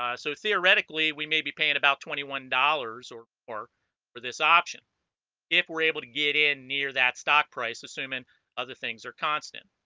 ah so theoretically we may be paying about twenty one dollars or or for this option if we're able to get in near that stock price assuming other things are constant